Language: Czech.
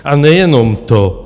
A nejenom to.